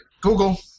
Google